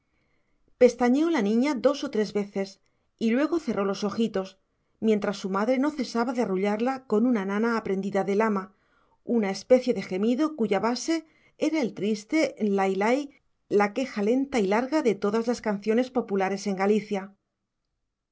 pestañeó la niña dos o tres veces y luego cerró los ojitos mientras su madre no cesaba de arrullarla con una nana aprendida del ama una especie de gemido cuya base era el triste lai lai la queja lenta y larga de todas las canciones populares en galicia